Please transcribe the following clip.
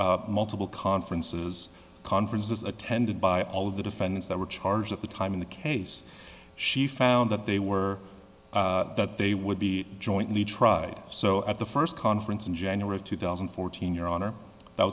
at multiple conferences conferences attended by all of the defendants that were charged at the time in the case she found that they were that they would be jointly tried so at the first conference in january of two thousand and fourteen your honor that